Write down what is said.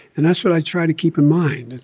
and that's what i try to keep in mind.